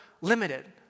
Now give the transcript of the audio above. limited